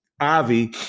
Avi